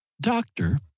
doctor